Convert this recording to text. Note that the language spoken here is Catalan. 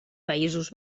països